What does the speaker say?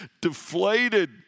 deflated